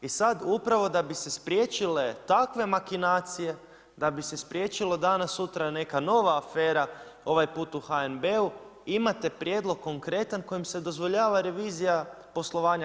I sad upravo da bi se spriječile takve makinacije, da bi se spriječilo danas sutra da neka nova afera ovaj puta u HNB-u imate prijedlog konkretan kojemu se dozvoljava revizija poslovanja